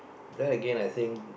then Again I think